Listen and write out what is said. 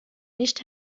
nicht